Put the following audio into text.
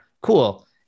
Cool